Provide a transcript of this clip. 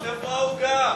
איפה העוגה?